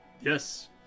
Yes